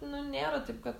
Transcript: nu nėra taip kad